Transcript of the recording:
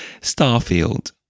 Starfield